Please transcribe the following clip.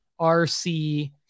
RC